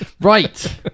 Right